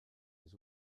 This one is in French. les